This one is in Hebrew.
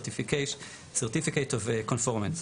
Certificate of Conformance.